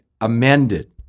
amended